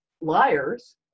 liars